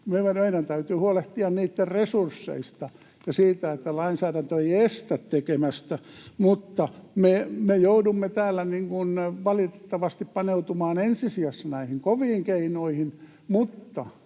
Meidän täytyy huolehtia niitten resursseista ja siitä, että lainsäädäntö ei estä tekemästä, mutta me joudumme täällä valitettavasti paneutumaan ensi sijassa näihin koviin keinoihin.